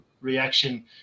reaction